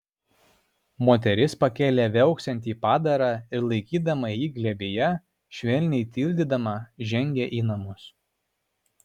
moteris pakėlė viauksintį padarą ir laikydama jį glėbyje švelniai tildydama žengė į namus